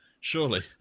surely